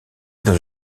dans